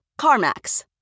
CarMax